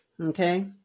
Okay